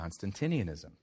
Constantinianism